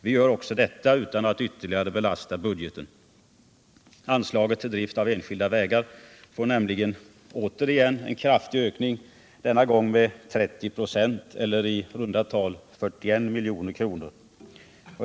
Vi gör också detta utan att ytterligare belasta budgeten. Anslaget till drift av enskilda vägar får återigen en kraftig ökning, denna gång med 30 96 eller i runt tal 41 milj.kr.